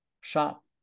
shop